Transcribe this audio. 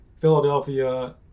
Philadelphia